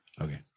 Okay